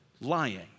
lying